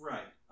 Right